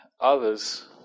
others